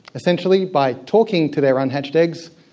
essentially by talking to their unhatched eggs,